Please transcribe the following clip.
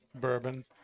bourbon